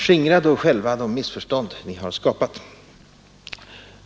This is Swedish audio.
Skingra då själva de missförstånd ni skapat!